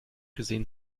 gesehen